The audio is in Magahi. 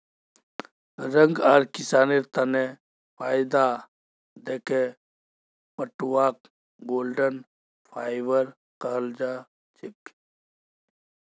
रंग आर किसानेर तने फायदा दखे पटवाक गोल्डन फाइवर कहाल जाछेक